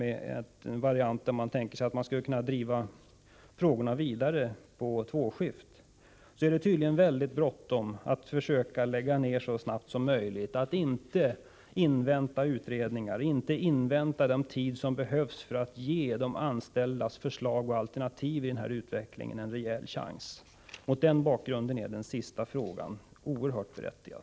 Man tänker sig nämligen att man så att säga skall kunna driva frågorna vidare på tvåskift. Det är tydligen mycket bråttom. Man skall försöka lägga ned verksamheten så snabbt som möjligt och inte invänta utredningar eller avvakta och låta det ta den tid som behövs, så att de anställdas förslag och alternativ i fråga om utvecklingen i Bergslagen får en rejäl chans. Mot den bakgrunden är den sista frågan oerhört berättigad.